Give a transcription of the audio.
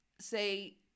say